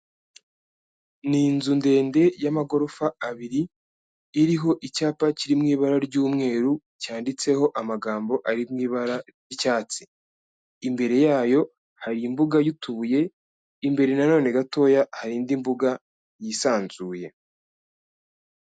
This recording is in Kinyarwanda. Ni inzu ndende y'amagorofa abiri, iriho icyapa kiri mu ibara ry'umweru cyanditseho amagambo ari mu ibara ry'icyatsi, imbere yayo hari imbuga y'utubuye, imbere nanone gatoya hari indi mbuga yisanzuye.